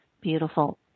Beautiful